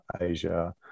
Asia